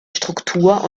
struktur